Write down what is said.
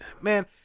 man